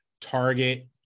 target